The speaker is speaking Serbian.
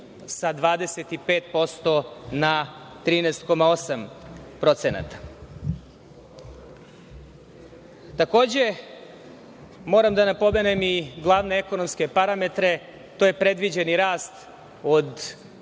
sa 25% na 13,8%.Takođe, moram da napomenem i glavne ekonomske parametre. To je predviđeni rast od